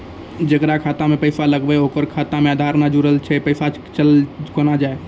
जेकरा खाता मैं पैसा लगेबे ओकर खाता मे आधार ने जोड़लऽ छै पैसा चल कोना जाए?